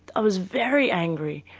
i was very angry,